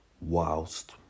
Whilst